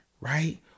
right